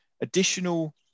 additional